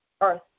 earth